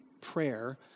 prayer